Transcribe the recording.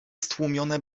stłumione